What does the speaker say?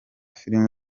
film